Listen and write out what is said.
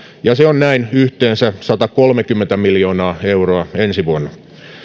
ja se on näin yhteensä satakolmekymmentä miljoonaa euroa ensi vuonna